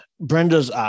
Brenda's